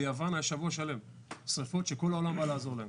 ביוון היה שבוע שלם שריפות שכל העולם בא לעזור להם.